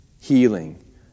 healing